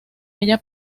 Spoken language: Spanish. ella